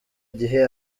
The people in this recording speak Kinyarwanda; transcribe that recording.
gihe